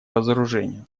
разоружению